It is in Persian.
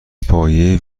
پایه